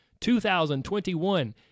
2021